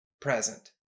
present